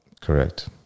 Correct